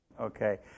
Okay